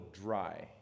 dry